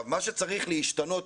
מה שצריך להשתנות,